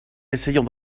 essayons